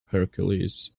hercules